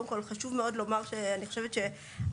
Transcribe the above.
קודם כל חשוב מאוד לומר: אני חושבת שהנושא